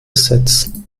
setzen